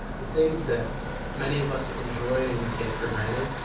the things that many of us enjoy and we take for granted,